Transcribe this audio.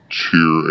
Cheer